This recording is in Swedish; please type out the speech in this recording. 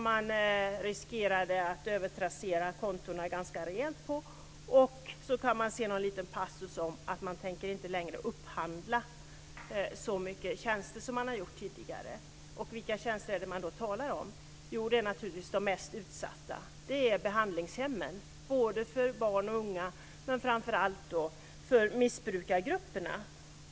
Man riskerade att övertrassera kontona ganska rejält. Sedan kan man se någon liten passus om att kommunen inte längre tänker upphandla så mycket tjänster som den har gjort tidigare. Vilka tjänster är det då man talar om? Jo, det är naturligtvis tjänster för de mest utsatta. Det är behandlingshem för både barn och unga och framför allt för missbrukargrupperna.